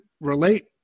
relate